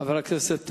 חבר הכנסת מולה,